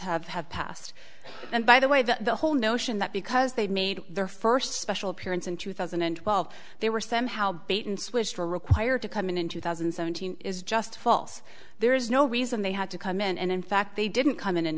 have have passed and by the way the whole notion that because they made their first special appearance in two thousand and twelve they were somehow bait and switch for required to come in in two thousand and seventeen is just false there is no reason they had to come in and in fact they didn't come in an